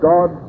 God